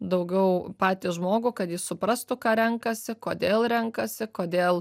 daugiau patį žmogų kad jis suprastų ką renkasi kodėl renkasi kodėl